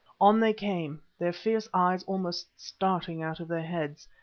on they came, their fierce eyes almost starting out of their heads,